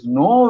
no